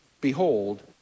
Behold